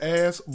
ass